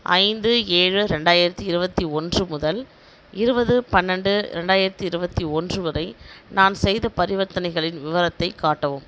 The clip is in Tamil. ஐந்து ஏழு ரெண்டாயிரத்தி இருபத்தி ஒன்று முதல் இருபது பன்னெண்டு ரெண்டாயிரத்தி இருபத்தி ஒன்று வரை நான் செய்த பரிவர்த்தனைகளின் விவரத்தைக் காட்டவும்